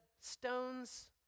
stones